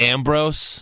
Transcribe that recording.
Ambrose